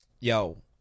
Yo